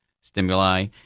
stimuli